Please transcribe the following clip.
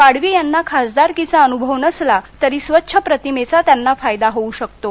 पाडवी यांना खासदारकीचा अनुभव नसला तरी स्वच्छ प्रतिमेचा त्यांना फायदा होऊ शकतो